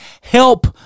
help